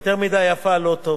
יותר מדי יפה לא טוב.